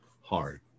hard